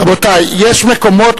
רבותי, יש מקומות